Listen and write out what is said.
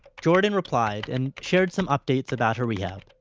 jordan replied, and shared some updates about her rehab.